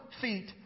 feet